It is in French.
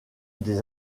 des